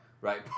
right